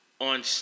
on